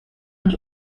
und